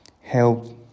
help